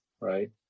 right